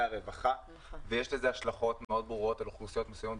הרווחה ויש לזה השלכות מאוד ברורות על אוכלוסיות מסוימות,